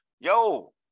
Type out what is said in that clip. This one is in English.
yo